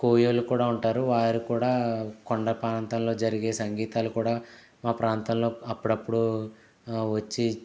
కోయలు కూడా ఉంటారు వారు కూడా కొండ ప్రాంతంలో జరిగే సంగీతాలు కూడా మా ప్రాంతాల్లో అప్పుడప్పుడు వచ్చి